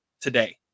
today